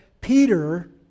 Peter